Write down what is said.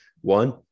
one